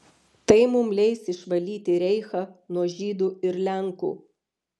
tai mums leis išvalyti reichą nuo žydų ir lenkų